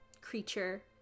creature